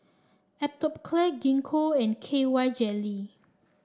Atopiclair Gingko and K Y Jelly